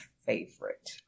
favorite